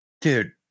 dude